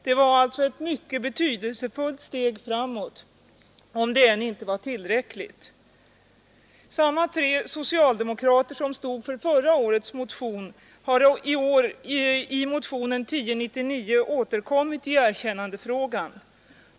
Det var alltså ett mycket betydelsefullt steg framåt, om det än inte var tillräckligt. Samma tre socialdemokrater som stod för förra årets motion har i år i motionen 1099 återkommit i erkännandefrågan.